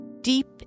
deep